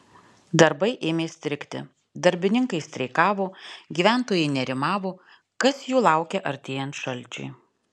darbai ėmė strigti darbininkai streikavo gyventojai nerimavo kas jų laukia artėjant šalčiui